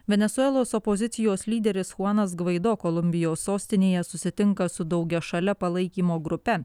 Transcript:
venesuelos opozicijos lyderis chuanas gvaido kolumbijos sostinėje susitinka su daugiašale palaikymo grupe